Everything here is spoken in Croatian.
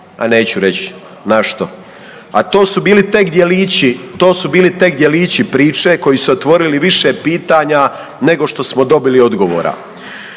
su bili tek djelići, to su bili tek djelići priče koji su otvorili više pitanja nego što smo dobili odgovora.